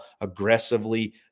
aggressively